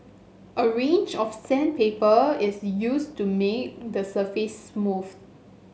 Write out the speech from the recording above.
a range of sandpaper is used to make the surface smooth